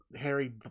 Harry